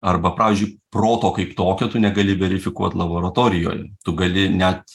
arba pavyzdžiui proto kaip tokio tu negali verifikuot laboratorijoj tu gali net